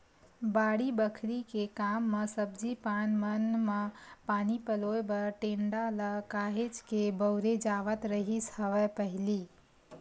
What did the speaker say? बाड़ी बखरी के काम म सब्जी पान मन म पानी पलोय बर टेंड़ा ल काहेच के बउरे जावत रिहिस हवय पहिली